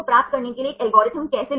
तो प्रमुख इंटरेक्शन्स क्या है